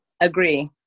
agree